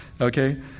Okay